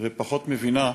ופחות מבינה,